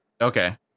Okay